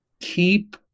keep